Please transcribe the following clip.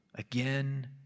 Again